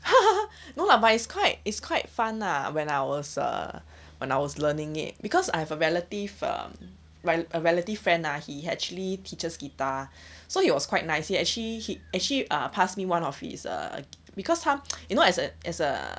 no lah but it's quite it's quite fun lah when I was err when I was learning it because I have a relative um my err relative friend ah he actually teaches guitar so he was quite nice he actually he actually uh pass me one of his err because 他 you know as a as a